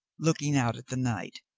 looking out at the night.